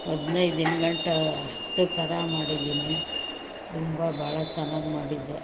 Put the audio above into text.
ಹದ್ನೈದು ದಿನಗಂಟ ಅಷ್ಟು ಥರ ಮಾಡಿದ್ದೀನಿ ತುಂಬ ಭಾಳ ಚೆನ್ನಾಗಿ ಮಾಡಿದ್ದೆ